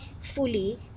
fully